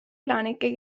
elanike